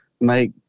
make